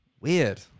Weird